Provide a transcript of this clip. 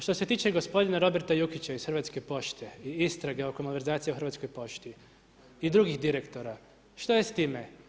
Što se tiče gospodina Roberta Jukića iz Hrvatske pošte i istrage oko malverzacija u Hrvatskoj pošti i drugih direktora, što je s time?